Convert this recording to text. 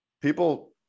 people